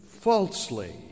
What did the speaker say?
falsely